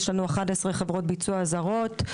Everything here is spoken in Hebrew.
יש לנו 11 חברות ביצוע זרות,